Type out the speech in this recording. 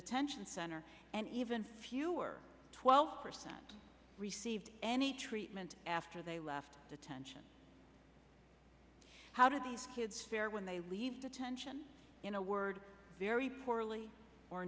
attention center and even fewer twelve percent received any treatment after they left the tension how did these kids fare when they leave detention in a word very poorly or